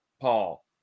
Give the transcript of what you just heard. Paul